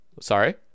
Sorry